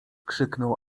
krzyknął